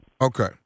Okay